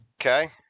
Okay